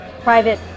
private